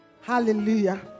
hallelujah